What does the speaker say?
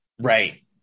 right